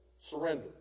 Surrender